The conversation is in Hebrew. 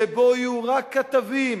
שבו יהיו רק כתבים